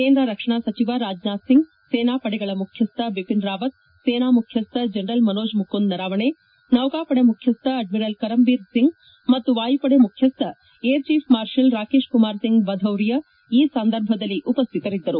ಕೇಂದ್ರ ರಕ್ಷಣಾ ಸಚಿಸವ ರಾಜನಾಥ್ ಸಿಂಗ್ ಸೇನಾ ಪಡೆಗಳ ಮುಖ್ಯಸ್ಥ ಬಿಒಿನ್ ರಾವತ್ ಸೇನಾ ಮುಖ್ಯಸ್ಥ ಜನರಲ್ ಮನೋಜ್ ಮುಕುಂದ್ ನರಾವಣೆ ನೌಕಾಪಡೆ ಮುಖ್ಯಸ್ಥ ಅಡ್ಠಿರಲ್ ಕರಮ್ಬೀರ್ ಸಿಂಗ್ ಮತ್ತು ವಾಯುಪಡೆ ಮುಖ್ಯಸ್ಥ air chief marshal Rakesh Kumar Singh Bhadauria ಈ ಸಂದರ್ಭ ಉಪಸ್ಥಿತರಿದ್ದರು